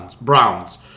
Browns